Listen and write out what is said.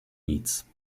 nic